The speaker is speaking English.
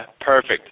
perfect